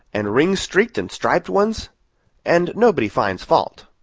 and ring-streaked-and-striped ones and nobody finds fault.